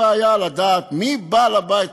חבר הכנסת בן צור: הייתה לי בעיה לדעת מי בעל-הבית,